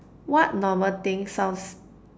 what normal thing sounds